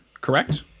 correct